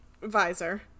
visor